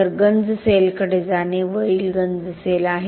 तर गंज सेलकडे जाणे वरील गंज सेल आहे